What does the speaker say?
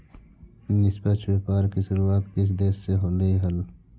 निष्पक्ष व्यापार की शुरुआत किस देश से होलई हल